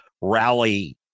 rally